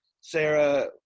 Sarah